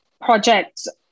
projects